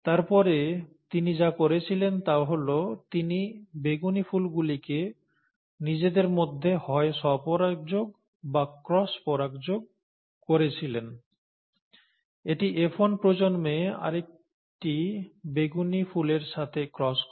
তারপরে তিনি যা করেছিলেন তা হল তিনি বেগুনি ফুলগুলিকে নিজেদের মধ্যে হয় স্ব পরাগযোগ বা ক্রসপরাগযোগ করেছিলেন এটি F1 প্রজন্মে আরেকটি বেগুনি ফুলের সাথে ক্রস করে